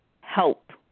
help